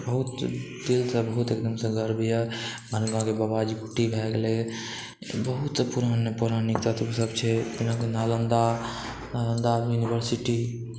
बहुत दिलसँ बहुत एगदमसँ गर्व यऽ अपन गाँवके बाबाजी कुटी भए गेलै बहुत पौराणिक पौराणिक तत्व सब छै जेनाकि नालन्दा नालन्दा यूनिवर्सिटी